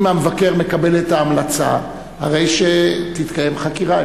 אם המבקר מקבל את ההמלצה, הרי שתתקיים חקירה.